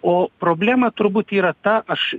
o problema turbūt yra ta aš